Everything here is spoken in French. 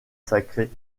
sacrés